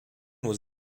was